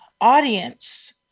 audience